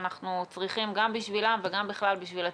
אנחנו צריכים גם בשבילה וגם בכלל, בשביל הציבור,